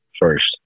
first